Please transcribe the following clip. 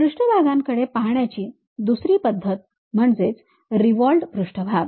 पृष्ठभागाकडे पाहण्याची दुसरी पद्धत म्हणजे रिव्हॉल्व्हड पृष्ठभाग